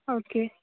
okay